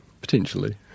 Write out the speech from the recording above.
potentially